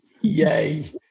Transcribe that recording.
Yay